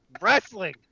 wrestling